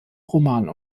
roman